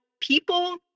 people